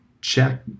check